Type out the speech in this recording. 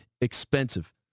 expensive